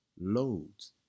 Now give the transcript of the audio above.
loads